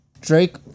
Drake